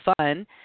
fun